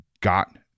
got